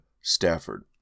Stafford